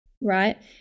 Right